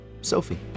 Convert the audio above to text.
Sophie